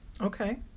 Okay